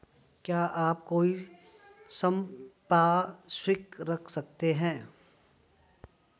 क्या आप कोई संपार्श्विक रख सकते हैं?